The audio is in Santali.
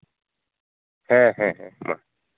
ᱦᱮᱸ ᱦᱮᱸ ᱦᱮᱸ ᱢᱟ